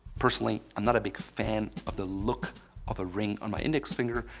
personally, i'm not a big fan of the look of a ring on my index finger.